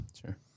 Sure